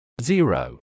Zero